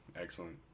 excellent